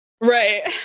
Right